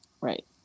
right